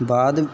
ਬਾਅਦ